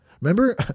remember